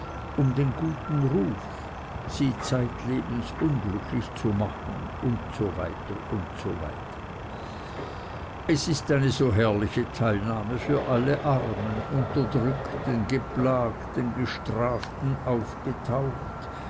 um den guten ruf sie zeitlebens unglücklich zu machen usw usw es ist eine so herrliche teilnahme für alle armen unterdrückten geplagten gestraften aufgetaucht